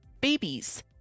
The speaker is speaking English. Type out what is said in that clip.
babies